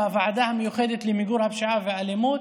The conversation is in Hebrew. בוועדה המיוחדת למיגור הפשיעה והאלימות